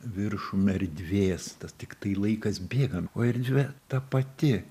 viršum erdvės tas tiktai laikas bėga o erdvė ta pati